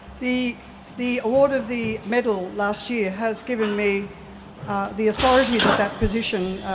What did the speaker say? the the award of the medal last year has given me the authority that that position,